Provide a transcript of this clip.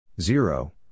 Zero